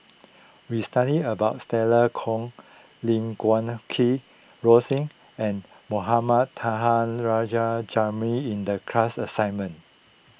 we studied about Stella Kon Lim Guat Kheng Rosie and Mohamed Taha Jamil in the class assignment